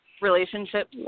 relationship